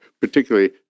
particularly